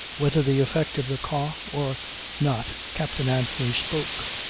whether the effect of the cough or not captain anthony spoke.